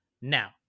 now